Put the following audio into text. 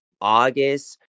August